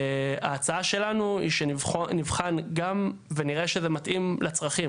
ההצעה שלנו היא שנבחן גם ונראה שזה מתאים לצרכים,